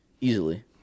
easily